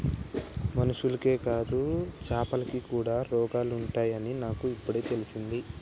మనుషులకే కాదు చాపలకి కూడా రోగాలు ఉంటాయి అని నాకు ఇపుడే తెలిసింది